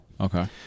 Okay